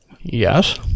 Yes